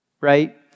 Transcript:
right